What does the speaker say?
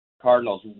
Cardinals